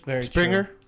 Springer